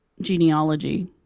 genealogy